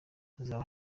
hazaba